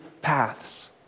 paths